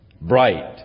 bright